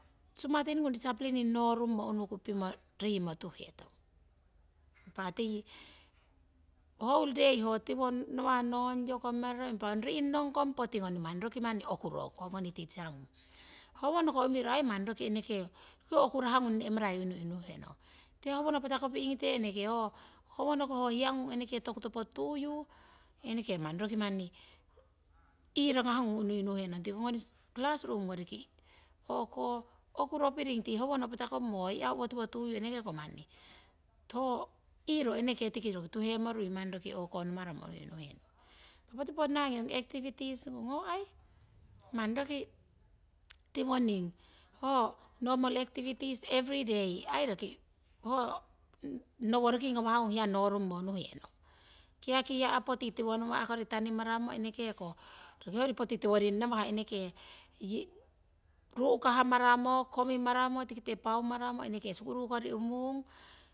Sumatingung diciplining norungmo unuku pimo rimotuhetong impah ti whole day tiwonawah noiyo komimraro impah ong rinongkong poti gonni mani roki okurong kong goni teachgung. Howonoko umiro roki eneke okurahgung nehmarai unui unuhe nong tii howono patakopinuigire eneke ho. Howonoko hohia gung eneke toku topo tuyu eneke manni roki ihragahgung unui unuhenong. ikogoni classroomgori okuropinng umutno hohia owotiwo tuyu hoihro tuhemurui. Poti ponnah gii ong activities gung hoai manni roki iwoningho normal acivities every day airoki ho noworoki nawah nonungmo eneke hoyori poti tiwoning nawah ru'kamoaramo eneke skul kori umuro.